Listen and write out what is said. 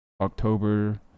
october